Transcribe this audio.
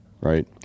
right